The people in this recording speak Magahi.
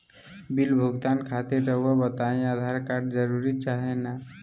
बिल भुगतान खातिर रहुआ बताइं आधार कार्ड जरूर चाहे ना?